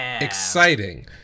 exciting